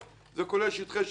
זה כולל שטחי שיפוט.